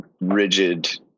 rigid